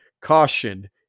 Caution